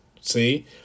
See